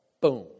Boom